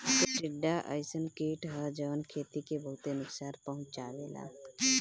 टिड्डा अइसन कीट ह जवन खेती के बहुते नुकसान पहुंचावेला